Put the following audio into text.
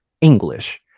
English